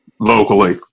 vocally